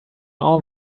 all